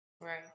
Right